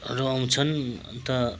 हरू आउँछन् अन्त